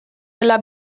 dela